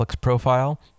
profile